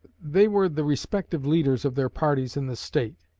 they were the respective leaders of their parties in the state.